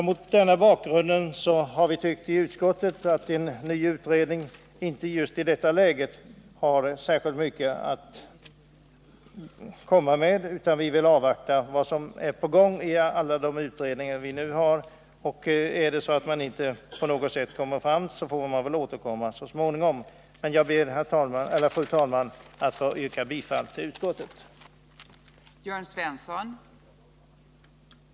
Mot denna bakgrund har vi i utskottet ansett att en ny utredning just i detta läge inte skulle ha särskilt mycket att komma med, och vi vill avvakta vad som är på gång i alla de utredningar som nu arbetar. Är det så att de inte kommer fram med några resultat får man återkomma så småningom. Jag ber, fru talman, att få yrka bifall till utskottets hemställan.